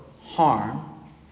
harm